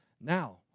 now